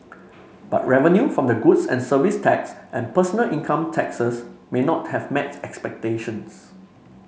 but revenue from the goods and Services Tax and personal income taxes may not have met expectations